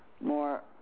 more